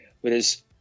whereas